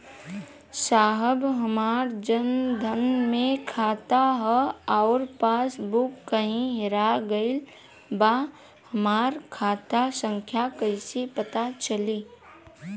साहब हमार जन धन मे खाता ह अउर पास बुक कहीं हेरा गईल बा हमार खाता संख्या कईसे पता चली?